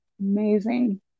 amazing